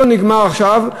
לא נגמר עכשיו,